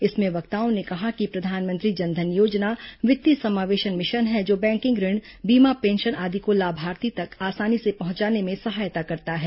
इसमें वक्ताओं ने कहा कि प्रधानमंत्री जन धन योजना वित्तीय समावेशन मिशन है जो बैंकिंग ऋण बीमा पेंशन आदि को लाभार्थी तक आसानी से पहुंचाने में सहायता करता है